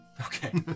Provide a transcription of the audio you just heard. Okay